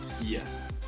Yes